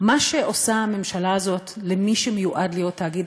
מה שעושה הממשלה הזאת למי שמיועד להיות תאגיד